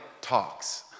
talks